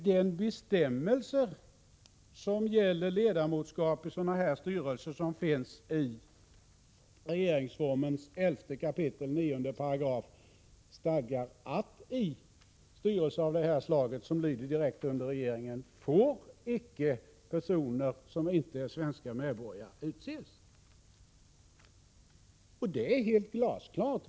De bestämmelser som gäller ledamotskap i sådana här styrelser och som finns i regeringsformens 11 kap. 9 § stadgar emellertid att personer som inte är svenska medborgare inte får sitta i styrelser som lyder direkt under regeringen. Detta är helt glasklart.